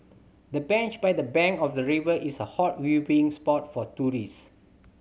the bench by the bank of the river is a hot viewing spot for tourists